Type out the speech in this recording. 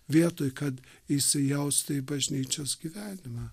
vietoj kad įsijausti į bažnyčios gyvenimą